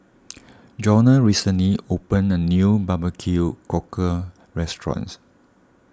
Jonah recently opened a new Barbecue Cockle restaurants